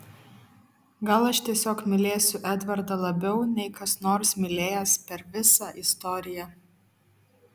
gal aš tiesiog mylėsiu edvardą labiau nei kas nors mylėjęs per visą istoriją